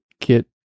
get